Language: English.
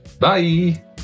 Bye